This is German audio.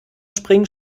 springen